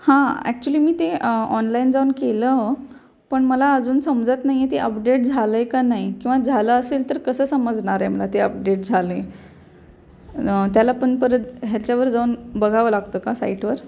हां ॲक्च्युली मी ते ऑनलाईन जाऊन केलं पण मला अजून समजत नाही आहे ते अपडेट झालं आहे का नाही किंवा झालं असेल तर कसं समजणार आहे मला ते अपडेट झालं आहे त्याला पण परत ह्याच्यावर जाऊन बघावं लागतं का साईटवर